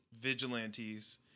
Vigilantes